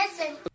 listen